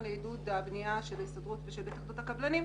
לעידוד מניעת תאונות של ההסתדרות ושל התאחדות הקבלנים.